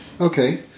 Okay